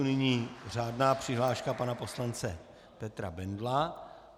Nyní řádná přihláška pana poslance Petra Bendla.